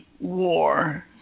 War